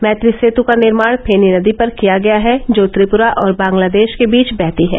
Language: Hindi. मैत्री सेतु का निर्माण फेनी नदी पर किया गया है जो त्रिपुरा और बांग्लादेश के बीच बहती है